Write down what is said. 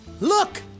Look